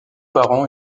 parents